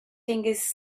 fingers